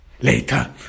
later